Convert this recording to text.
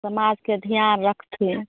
समाजके धिआन रखथिन